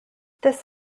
this